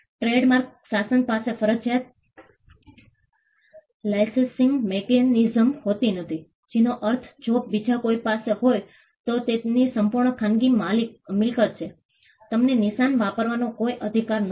trademark શાસન પાસે ફરજિયાત લાઇસેંસિંગ મિકેનિઝમ હોતી નથી જેનો અર્થ જો બીજા કોઈની પાસે હોય તો તે તેની સંપૂર્ણ ખાનગી મિલકત છે તમને નિશાન વાપરવાનો કોઈ અધિકાર નથી